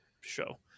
show